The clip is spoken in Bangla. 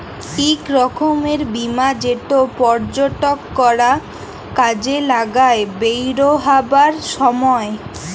ইক রকমের বীমা যেট পর্যটকরা কাজে লাগায় বেইরহাবার ছময়